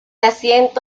asiento